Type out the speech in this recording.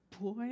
boy